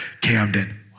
camden